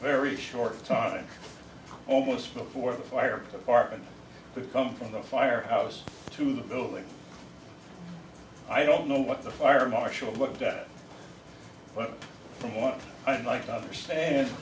very short time almost before the fire department to come from the fire house to the building i don't know what the fire marshal looked at but from what i might understand